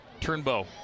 Turnbow